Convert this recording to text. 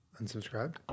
Unsubscribed